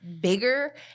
bigger